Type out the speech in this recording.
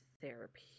Therapy